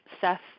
Seth